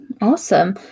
Awesome